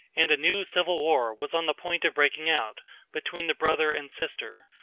and a new civil war was on the point of breaking out between the brother and sister,